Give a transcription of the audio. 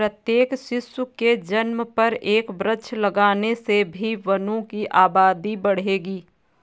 प्रत्येक शिशु के जन्म पर एक वृक्ष लगाने से भी वनों की आबादी बढ़ेगी